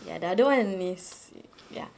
ya the other one is ya